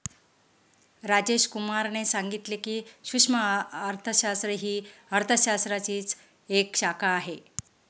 राजेश कुमार ने सांगितले की, सूक्ष्म अर्थशास्त्र ही अर्थशास्त्राचीच एक शाखा आहे